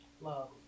Love